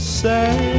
say